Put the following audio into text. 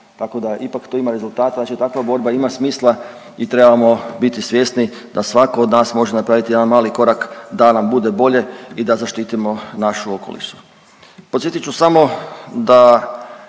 tako da ipak to ima rezultata. Znači takva borba ima smisla i trebamo biti svjesni da svatko od nas može napraviti jedan mali korak da nam bude bolje i da zaštitimo naš okoliš. Podsjetit ću samo da